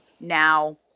now